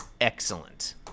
excellent